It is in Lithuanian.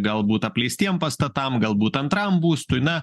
galbūt apleistiem pastatam galbūt antram būstui na